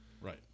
right